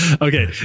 Okay